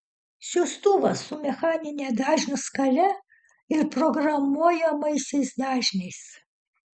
siųstuvas su mechanine dažnių skale ir programuojamaisiais dažniais